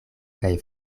kaj